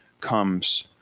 comes